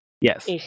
Yes